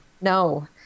no